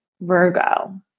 Virgo